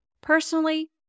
Personally